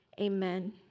amen